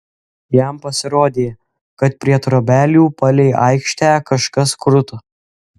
jam pasirodė kad prie trobelių palei aikštę kažkas kruta